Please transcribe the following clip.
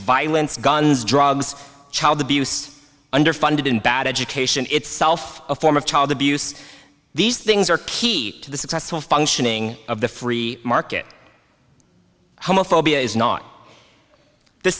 violence guns drugs child abuse underfunded in bad education itself a form of child abuse these things are key to the successful functioning of the free market homophobia is not the